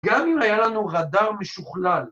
‫גם אם היה לנו רדאר משוכלל.